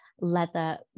leather